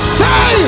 say